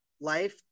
life